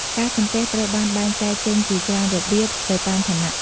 ការសំពះ ត្រូវបានបែងចែងចេញជាច្រើនរបៀបទៅតាមឋានៈ។